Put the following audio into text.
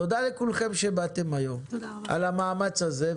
תודה לכולכם שבאתם היום על המאמץ הזה.